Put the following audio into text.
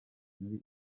muri